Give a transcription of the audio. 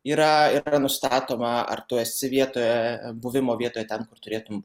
yra yra nustatoma ar tu esi vietoje buvimo vietoj ten kur turėtum